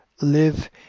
Live